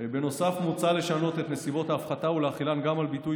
מוצע לשנות את נסיבות ההפחתה ולהחילן גם על ביטוי